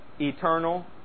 eternal